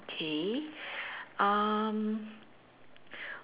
okay um